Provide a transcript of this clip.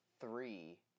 three